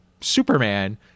superman